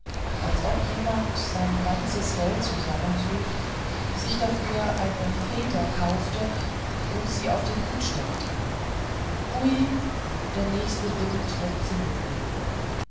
als ob jemand sein ganzes geld zusammensuchte sich dafür eine feder kaufte und sie auf den hut steckte hui der nächste wind wird sie mitnehmen